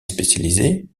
spécialisés